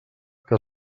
que